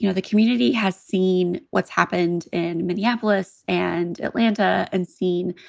you know the community has seen what's happened in minneapolis and atlanta and seen